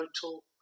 Total